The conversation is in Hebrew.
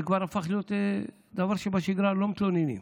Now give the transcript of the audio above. זה כבר הפך להיות דבר שבשגרה, לא מתלוננים.